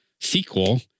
sequel